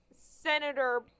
Senator